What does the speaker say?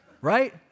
right